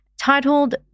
titled